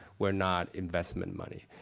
we're not investment money.